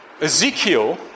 Ezekiel